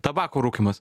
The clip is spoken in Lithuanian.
tabako rūkymas